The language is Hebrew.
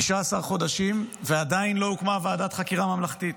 15 חודשים, ועדיין לא הוקמה ועדת חקירה ממלכתית.